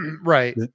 right